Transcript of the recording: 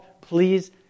Please